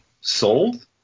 sold